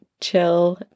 chill